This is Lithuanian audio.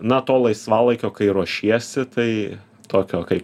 na to laisvalaikio kai ruošiesi tai tokio kaip